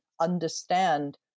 understand